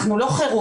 אנחנו לא חירום.